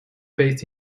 based